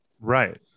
Right